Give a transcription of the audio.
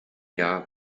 jahr